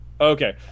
Okay